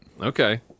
Okay